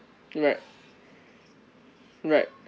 right right